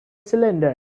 cylinder